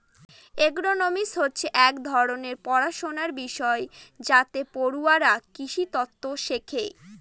agronomy হচ্ছে এক ধরনের পড়াশনার বিষয় যাতে পড়ুয়ারা কৃষিতত্ত্ব শেখে